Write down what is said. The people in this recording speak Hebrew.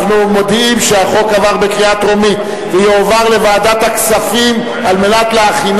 אני קובע שהצעת חוק הלוואות לדיור